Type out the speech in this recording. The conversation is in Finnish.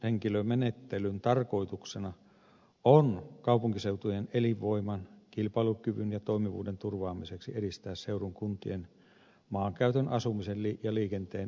selvityshenkilömenettelyn tarkoituksena on kaupunkiseutujen elinvoiman kilpailukyvyn ja toimivuuden turvaamiseksi edistää seudun kuntien maankäytön asumisen ja liikenteen yhteensovittamista